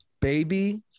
Baby